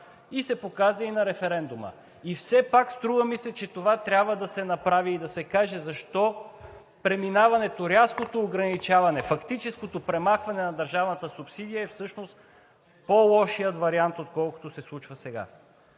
и се показа и на референдума. И все пак струва ми се, че това трябва да се направи и да се каже защо преминаването, рязкото ограничаване, фактическото премахване на държавната субсидия е всъщност по-лошият вариант, отколкото се случва сега?